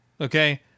Okay